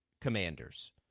commanders